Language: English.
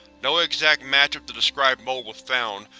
no exact match of the described mold found,